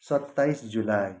सत्ताइस जुलाई